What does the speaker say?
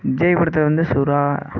விஜய் படத்தில் வந்து சுறா